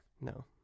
No